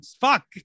Fuck